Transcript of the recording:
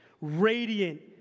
radiant